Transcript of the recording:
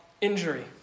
Injury